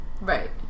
Right